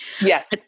Yes